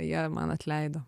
jie man atleido